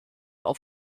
auf